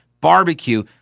barbecue